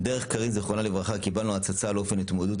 דרך קארין ז"ל קיבלנו הצצה לאופן ההתמודדות